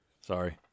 Sorry